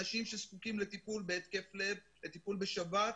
אנשים שזקוקים לטיפול בהתקף לב, לטיפול בשבץ,